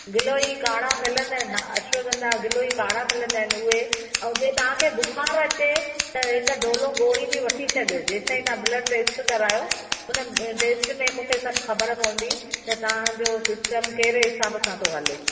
गिलोय काड़ा मिलंदा आहिनि हा अश्वगंधा गिलोय काड़ा मिलंदा आहिनि उहे ऐं जे तव्हांखे बुख़ार अचे त हिकु डोलो गोरी बि वठी सॼो जेसि ताईं तव्हां ब्लड टेस्ट करायो हुन टेस्ट में मूंखे सभु ख़बर पवंदी त तव्हांजो सिस्टम कहिड़े हिसाब सां थो हले